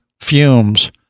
fumes